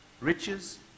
riches